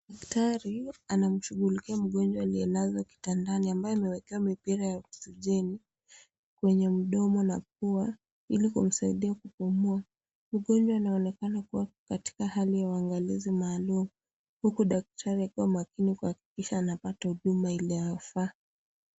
Daktari anamshughulikia mgonjwa aliyelazwa kitandani ambaye amewekewa mipira ya oksijeni kwenye mdomo na pua Ili kusaidia kupumua. Mgonjwa anaonekana kuwa katika hali ya uangalifu maalum huku daktari akiwa makini kuhakikisha anapata huduma Ile anafaa.